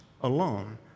alone